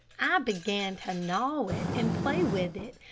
i began to gnaw it and play with it,